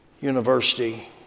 University